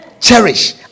Cherish